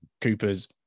Cooper's